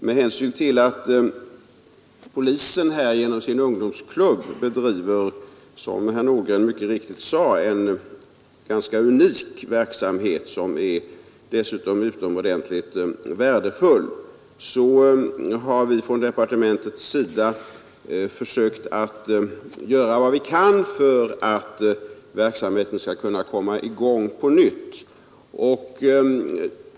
Med hänsyn till att polisen här genom sin ungdomsklubb bedriver — som herr Nordgren mycket riktigt sade — en ganska unik verksamhet, som dessutom är utomordentligt värdefull, har vi från departementets sida försökt göra vad vi kan för att verksamheten skall kunna komma i gång på nytt.